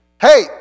Hey